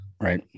Right